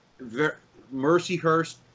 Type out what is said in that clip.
Mercyhurst